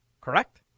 correct